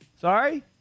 Sorry